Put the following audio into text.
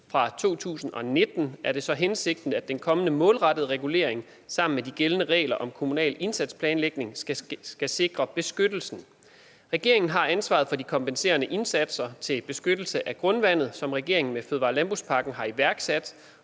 Fra 2019 er det så hensigten, at den kommende målrettede regulering sammen med de gældende regler om kommunal indsatsplanlægning skal sikre beskyttelsen. Regeringen har ansvaret for de kompenserende indsatser til beskyttelse af grundvandet, som regeringen med fødevare- og landbrugspakken har iværksat,